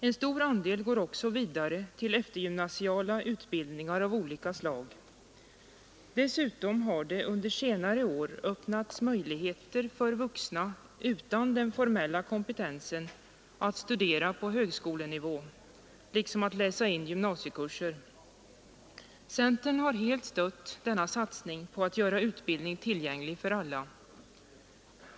En stor andel går också vidare till eftergymnasiala utbildningar av olika slag, Dessutom har det under senare år öppnats möjligheter för vuxna utan den formella kompetensen att studera på högskolenivå liksom att läsa in gymnasiekurser. Centern har helt stött denna satsning på att göra utbildning tillgänglig för alla.